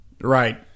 Right